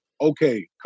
okay